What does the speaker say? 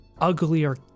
uglier